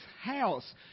house